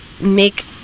make